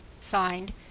signed